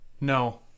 No